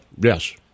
Yes